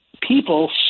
people